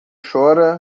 chora